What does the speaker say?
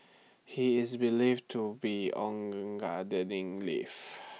he is believed to be on gardening leave